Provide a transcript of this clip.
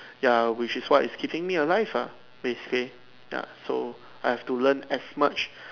ya which is what is keeping me alive lah basically ya so I have to learn as much